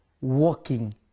walking